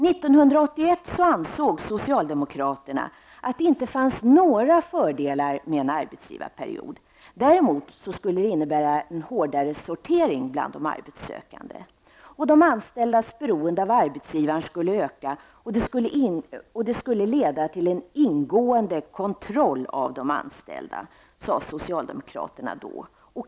1981 ansåg socialdemokraterna att det inte fanns några fördelar med en arbetsgivarperiod. Däremot skulle den innebära en hårdare sortering bland de arbetssökande, de anställdas beroende av arbetsgivaren skulle öka, och den skulle leda till en ingående kontroll av de anställda, sade socialdemokraterna.